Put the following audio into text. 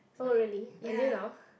oh really until now